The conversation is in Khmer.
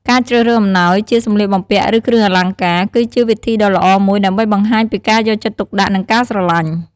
ការជ្រើសរើសអំណោយជា សម្លៀកបំពាក់ ឬ គ្រឿងអលង្ការ គឺជាវិធីដ៏ល្អមួយដើម្បីបង្ហាញពីការយកចិត្តទុកដាក់ និងការស្រឡាញ់។